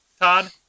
Todd